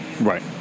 Right